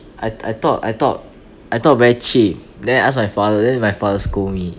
I I thought I thought I thought very cheap then I ask my father then my father scold me